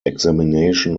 examination